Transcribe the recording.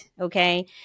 okay